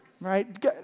right